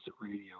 radio